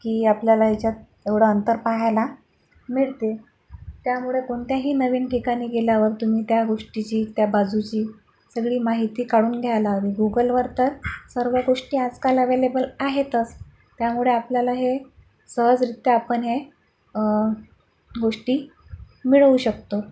की आपल्याला याच्यात एवढं अंतर पाहायला मिळते त्यामुळे कोणत्याही नवीन ठिकाणी गेल्यावर तुम्ही त्या गोष्टीची त्या बाजूची सगळी माहिती काढून घ्यायला हवी गुगलवर तर सर्व गोष्टी आजकाल अव्हेलेबल आहेतच त्यामुळे आपल्याला हे सहजरित्या आपण हे गोष्टी मिळवू शकतो